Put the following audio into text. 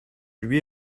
lui